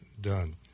done